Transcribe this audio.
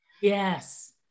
Yes